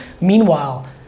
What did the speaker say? Meanwhile